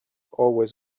always